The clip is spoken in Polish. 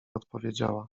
odpowiedziała